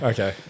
Okay